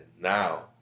now